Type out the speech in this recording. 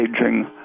aging